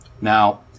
Now